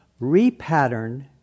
repattern